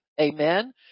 amen